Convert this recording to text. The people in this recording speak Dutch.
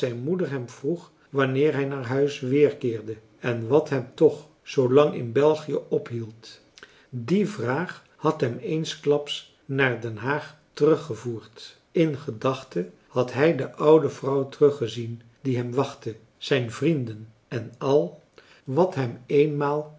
moeder hem vroeg wanneer hij naar huis weerkeerde en wat hem toch zoolang in belgië ophield die vraag had hem eensklaps naar den haag teruggevoerd in gedachten had hij de oude vrouw teruggezien die hem wachtte zijn vrienden en al wat hem eenmaal